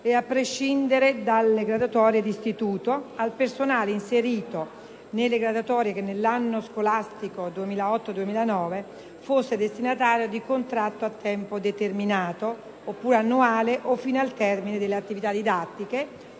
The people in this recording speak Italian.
dall'inserimento nelle graduatorie di istituto, al personale inserito nelle graduatorie che nell'anno scolastico 20082009 fosse destinatario di contratto a tempo determinato annuale o fino al termine delle attività didattiche,